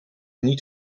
niet